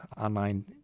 online